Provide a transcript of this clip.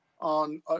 on